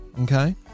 Okay